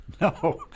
No